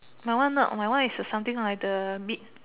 my one not my one is the something like the bid